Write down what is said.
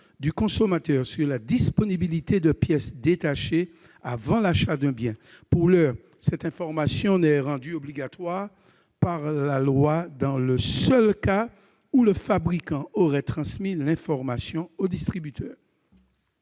du consommateur quant à la disponibilité de pièces détachées avant l'achat d'un bien. Pour l'heure, cette information est rendue obligatoire par la loi dans le seul cas où le fabricant aurait transmis l'information au distributeur.